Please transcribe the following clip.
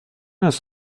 است